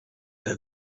denn